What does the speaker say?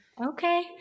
okay